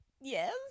yes